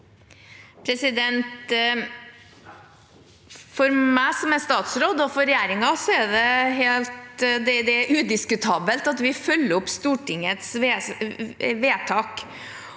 For meg som statsråd, og for regjeringen, er det udiskutabelt at vi følger opp Stortingets vedtak.